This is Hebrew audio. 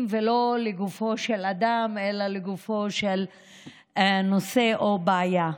ולא לגופו של אדם אלא לגופו של נושא או בעיה.